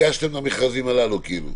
והגשתם את המכרזים הללו, והם מוכנים.